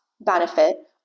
benefit